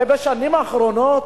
הרי בשנים האחרונות,